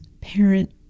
parent